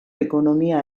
ekonomia